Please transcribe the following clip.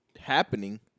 happening